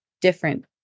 different